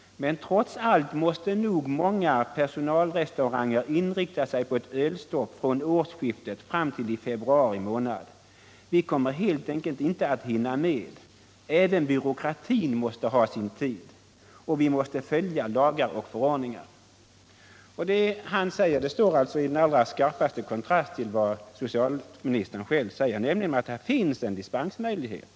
”Men trots allt måste nog många personalrestauranger inrikta sig på ett ölstopp från årsskiftet fram till i februari månad. Vi kommer helt enkelt inte att hinna med, även byråkratin måste ha sin tid. Och vi måste följa lagar och förordningar.” Det han säger står alltså i den allra skarpaste kontrast till vad socialministern själv säger, nämligen att det finns en dispensmöjlighet.